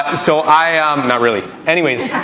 ah so i am, not really. anyways,